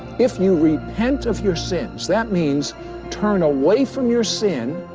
if you repent of your sins, that means turn away from your sin,